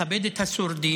לכבד את השורדים,